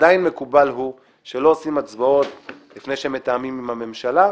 עדיין מקובל הוא שלא עושים הצבעות לפני שמתאמים עם הממשלה.